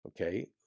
Okay